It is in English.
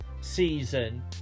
season